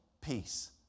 peace